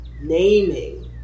naming